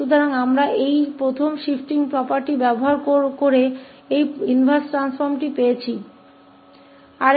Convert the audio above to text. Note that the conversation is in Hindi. तो हमें इस पहली शिफ्टिंग property का उपयोग करके यह इनवर्स परिवर्तन मिला